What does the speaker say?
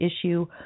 issue